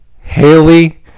Haley